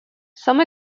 some